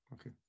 Okay